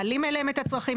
מעלים אליהם את הצרכים,